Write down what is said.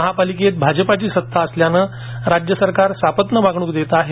महापालिकेत भाजपची सत्ता असल्याने राज्य सरकार सापत्न वागणूक देत आहे